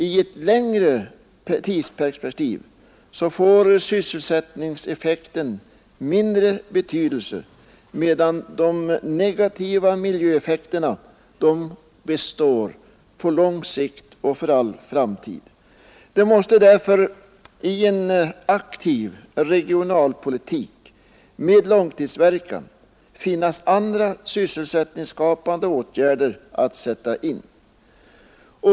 I ett längre tidsperspektiv får sysselsättningseffekten mindre betydelse, medan de negativa miljöeffekterna består på lång sikt — ja, för all framtid. Det måste därför i en aktiv regionalpolitik med långtidsverkan finnas andra sysselsättningsskapande åtgärder att sätta in.